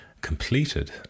Completed